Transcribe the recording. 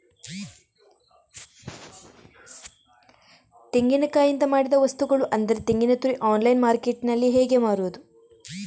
ತೆಂಗಿನಕಾಯಿಯಿಂದ ಮಾಡಿದ ವಸ್ತುಗಳು ಅಂದರೆ ತೆಂಗಿನತುರಿ ಆನ್ಲೈನ್ ಮಾರ್ಕೆಟ್ಟಿನಲ್ಲಿ ಹೇಗೆ ಮಾರುದು?